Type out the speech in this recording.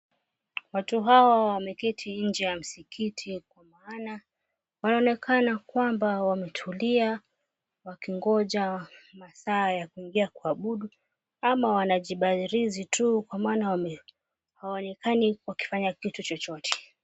Watu hawa wameketi nje ya msikiti, kwa maana wanaonekana kwamba wametulia, wakingoja masaa ya kuingia kuabudu. Ama wanajibarizi tu, kwa maana hawaonekani wakifanya kitu chochote.